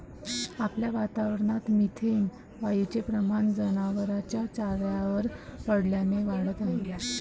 आपल्या वातावरणात मिथेन वायूचे प्रमाण जनावरांच्या चाऱ्यावर पडल्याने वाढत आहे